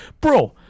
bro